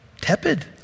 tepid